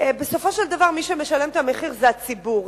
בסופו של דבר מי שמשלם את המחיר זה הציבור,